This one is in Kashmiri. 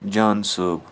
جان صٲب